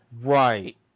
Right